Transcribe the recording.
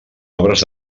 obres